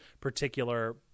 particular